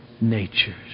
natures